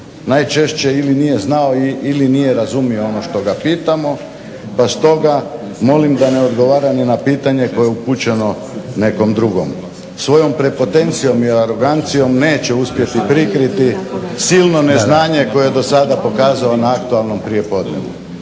Najčešće ili nije znao ili nije razumio ono što ga pitamo pa stoga molim da ne odgovara ni na pitanje koje je upućeno nekom drugom. Svojom prepotencijom i arogancijom neće uspjeti prikriti silno neznanje koje je dosada pokazao na aktualnom prijepodnevu.